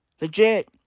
Legit